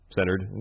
Centered